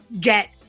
get